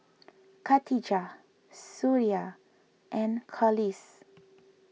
Khatijah Suria and Khalish